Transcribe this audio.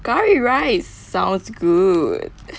curry rice sounds good